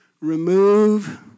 Remove